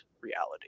reality